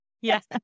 Yes